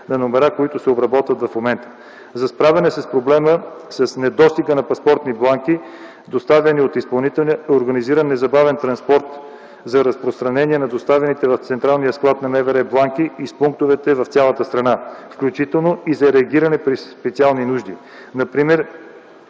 на номера, които се обработват в момента. За справяне с проблема с недостига на паспортни бланки доставяни от изпълнителя е организиран незабавен транспорт за разпространение на доставените в централния склад на МВР бланки из пунктовете в цялата страна, включително и за реагиране при специални нужди. Например